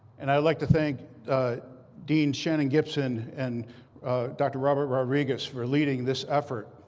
and i'd like to thank dean shannon gibson and dr. robert rodriguez for leading this effort.